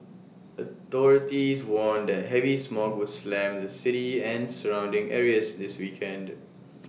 authorities warned that heavy smog would slam the city and surrounding areas this weekend